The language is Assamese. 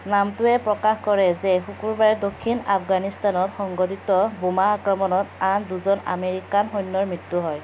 নামটোৱে প্ৰকাশ কৰে যে শুকুৰবাৰে দক্ষিণ আফগানিস্তানত সংঘটিত বোমা আক্ৰমণত আন দুজন আমেৰিকান সৈন্যৰ মৃত্যু হয়